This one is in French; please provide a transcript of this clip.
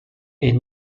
est